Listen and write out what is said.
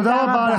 תודה רבה.